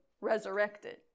resurrected